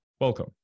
Welcome